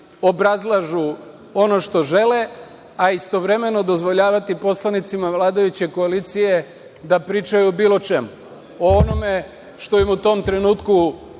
obrazlažu ono što žele, a istovremeno dozvoljavate i poslanicima vladajuće koalicije da pričaju o bilo čemu, o onome što im u tom trenutku